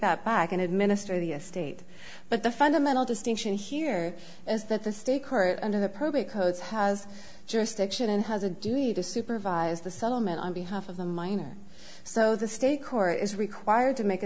that back and administer the estate but the fundamental distinction here is that the state court under the probate codes has jurisdiction and has a duty to supervise the settlement on behalf of the minor so the state court is required to make a